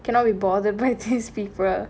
cannot be bothered his fever